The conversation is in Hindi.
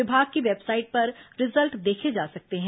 विभाग की वेबसाइट पर रिजल्ट देखे जा सकते हैं